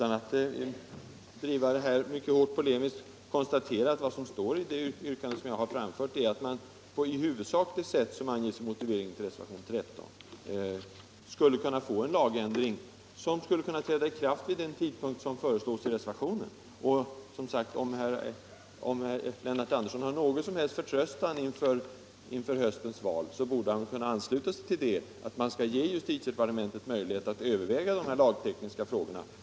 Jag vill sluta med att upprepa vad som står i mitt yrkande, nämligen att man, på i huvudsak det sätt som anges i reservationen 13, skall göra en lagändring som kan träda i kraft vid den tidpunkt som föreslås i reservationen. Om herr Andersson i Södertälje hyser någon som helst förtröstan inför höstens val, borde han kunna ansluta sig till att man ger justitiedepartementet möjligheter att överväga dessa lagtekniska frågor.